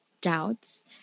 doubts